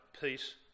peace